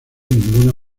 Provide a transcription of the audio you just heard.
ninguna